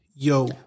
Yo